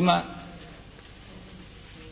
ima